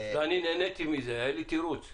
לא, אני נהניתי מזה, היה לי תירוץ.